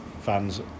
fans